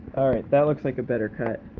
that looks like a better cut.